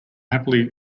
happily